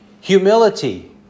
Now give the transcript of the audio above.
humility